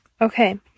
Okay